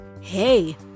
Hey